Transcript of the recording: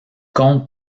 compte